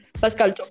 Pascal